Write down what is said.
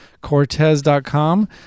Cortez.com